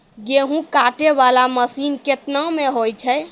गेहूँ काटै वाला मसीन केतना मे होय छै?